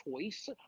choice